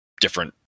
different